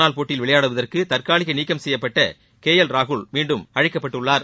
ஒருநாள் போட்டியில் விளையாடுவதற்கு தற்காலிகமாக நீக்கம் செய்யப்பட்ட கே எல் ராகுல் மீண்டும் அழைக்கப்பட்டுள்ளார்